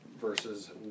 versus